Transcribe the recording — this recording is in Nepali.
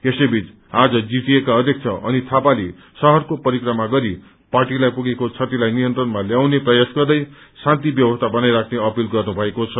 यसैबीच आज जीटीएका अध्यक्ष अनित थापाले शहरको परिश्रमण गरी पार्टीलाई पुगेको क्षतिलाई नियन्त्रणमा ल्याउने प्रयास गर्दै शान्ति व्यवस्था बनाई राख्ने अपील गर्नुभएको छ